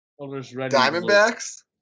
Diamondbacks